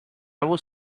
was